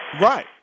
Right